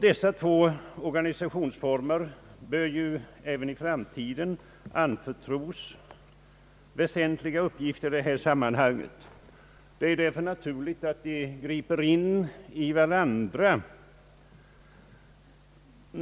Dessa två organisationsformer bör även i framtiden anförtros väsentliga uppgifter i det här sammanhanget. Det är därför naturligt att de griper in i varandra.